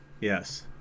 Yes